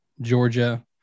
Georgia –